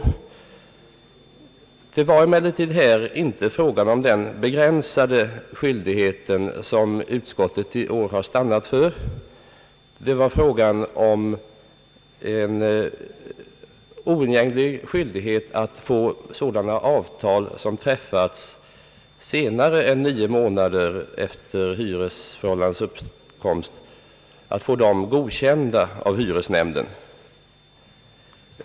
Det var emellertid här inte fråga om den begränsade skyldighet, som utskottet i år har stannat för, utan det var fråga om en oundgänglig skyldighet att få sådana avtal som träffats senare än nio månader efter hyresfrågans uppkomst godkända av hyresnämnden.